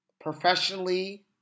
professionally